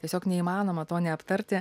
tiesiog neįmanoma to neaptarti